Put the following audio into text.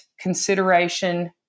consideration